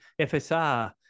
FSR